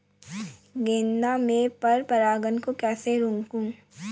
गेंदा में पर परागन को कैसे रोकुं?